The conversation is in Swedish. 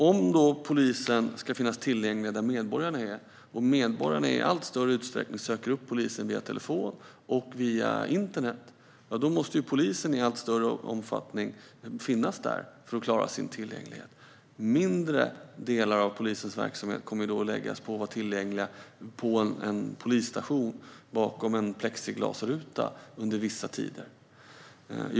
Om polisen ska finnas tillgänglig där medborgarna är och medborgarna i allt större utsträckning söker upp polisen via telefon och internet är det också där polisen i allt större omfattning måste finnas för att klara sin tillgänglighet. De delar av polisens verksamhet som handlar om att vara tillgänglig på en polisstation bakom en plexiglasruta under vissa tider kommer då att bli mindre.